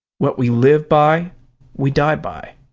what we live by we die by.